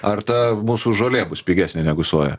ar ta mūsų žolė bus pigesnė negu soja